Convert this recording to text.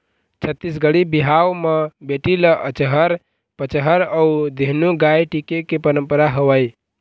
छत्तीसगढ़ी बिहाव म बेटी ल अचहर पचहर अउ धेनु गाय टिके के पंरपरा हवय